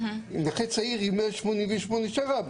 נכה צעיר עם 188 אחוזי שר"מ,